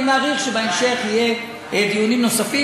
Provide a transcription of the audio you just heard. אני מעריך שבהמשך יהיו דיונים נוספים,